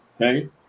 Okay